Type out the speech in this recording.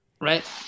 right